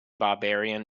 barbarian